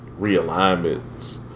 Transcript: realignments